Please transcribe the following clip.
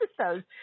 episodes